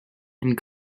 and